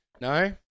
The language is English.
no